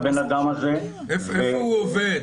איפה הוא עובד?